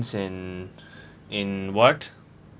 in in what